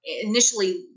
initially